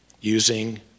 using